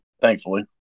thankfully